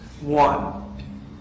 One